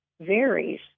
varies